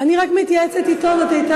אתה רוצה ועדת העבודה והרווחה?